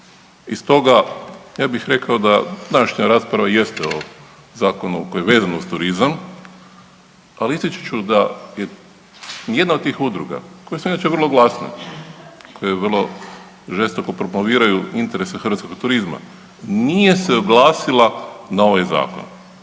i stoga ja bih rekao da današnja rasprava jeste o zakonu koji je vezan uz turizam, ali ističući da ni jedna od tih udruga koje su inače vrlo glasne, koje vrlo žestoko promoviraju interese hrvatskog turizma nije se oglasila na ovaj zakon.